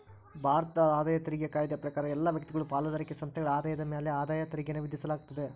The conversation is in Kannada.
ಭಾರತದ ಆದಾಯ ತೆರಿಗೆ ಕಾಯ್ದೆ ಪ್ರಕಾರ ಎಲ್ಲಾ ವ್ಯಕ್ತಿಗಳು ಪಾಲುದಾರಿಕೆ ಸಂಸ್ಥೆಗಳ ಆದಾಯದ ಮ್ಯಾಲೆ ಆದಾಯ ತೆರಿಗೆಯನ್ನ ವಿಧಿಸಲಾಗ್ತದ